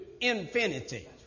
infinity